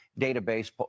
database